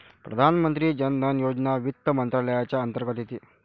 प्रधानमंत्री जन धन योजना वित्त मंत्रालयाच्या अंतर्गत येते